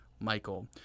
Michael